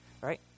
right